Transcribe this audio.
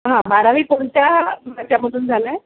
हां बारावी कोणत्या याच्यामधून झालं आहे